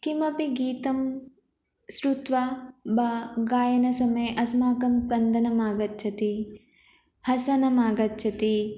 किमपि गीतं श्रुत्वा वा गायनसमये अस्माकं क्रन्दनम् आगच्छति हसनम् आगच्छति